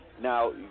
now